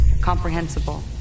comprehensible